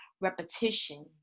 repetition